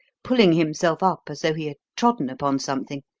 pulling himself up as though he had trodden upon something.